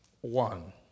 one